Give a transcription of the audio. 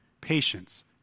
patience